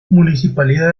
municipalidad